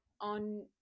on